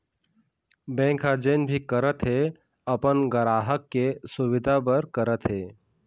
bank ह जेन भी करत हे अपन गराहक के सुबिधा बर करत हे